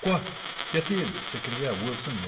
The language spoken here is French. quoi qu'y a-t-il s'écria wilson